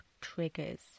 triggers